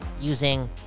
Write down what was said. using